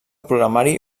programari